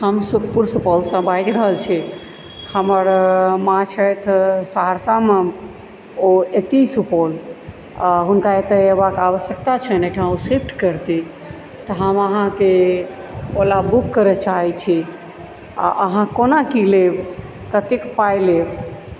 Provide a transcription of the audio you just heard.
हम सुखपुर सुपौलसँ बाजि रहल छी हमर माँ छथि सहरसा मे ओ अयती सुपौल आ हुनका एतय अयबाक आवश्यकता छनि एहिठाम ओ सिफ्ट करती तऽ हम आहाँके ओला बुक करऽ चाहै छी आ आहाँ कोना की लेब कतेक पाइ लेब